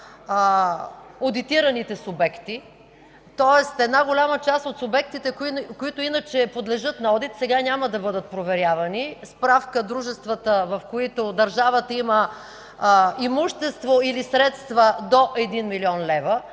одитираните субекти. Тоест една голяма част от субектите, които иначе подлежат на одит, сега няма да бъдат проверявани – справка: дружествата, в които държавата има имущество или средства до 1 млн. лв.;